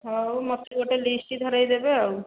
ହେଉ ମୋତେ ଗୋଟିଏ ଲିଷ୍ଟ ଧରେଇ ଦେବେ ଆଉ